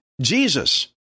Jesus